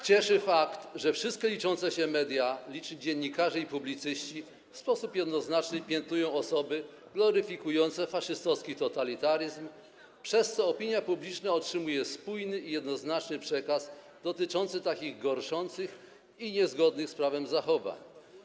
Cieszy fakt, że wszystkie liczące się media, liczni dziennikarze i publicyści w sposób jednoznaczny piętnują osoby gloryfikujące faszystowski totalitaryzm, przez co opinia publiczna otrzymuje spójny i jednoznaczny przekaz dotyczący takich gorszących i niezgodnych z prawem zachowań.